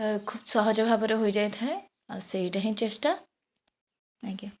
ଖୁବ ସହଜ ଭାବରେ ହୋଇଯାଇଥାଏ ଆଉ ସେଇଟା ହିଁ ଚେଷ୍ଟା ଆଜ୍ଞା